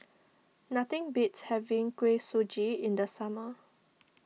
nothing beats having Kuih Suji in the summer